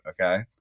okay